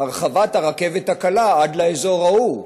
הרחבת הרכבת הקלה עד לאזור ההוא.